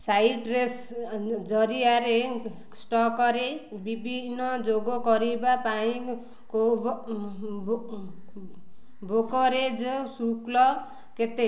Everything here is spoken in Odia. ସାଇଟ୍ରସ୍ ଜରିଆରେ ଷ୍ଟକରେ ବି ବିନଯୋଗ କରିବା ପାଇଁ କୁ ବ୍ରୋକରେଜ୍ ଶୁଳ୍କ କେତେ